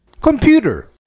Computer